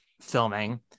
filming